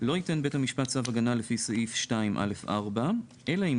לא ייתן בית המשפט צו הגנה לפי סעיף 2(א)(4) אלא אם